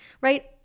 right